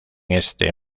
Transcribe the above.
este